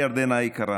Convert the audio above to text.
ירדנה היקרה,